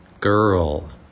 girl